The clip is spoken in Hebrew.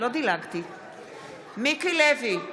מיקי לוי,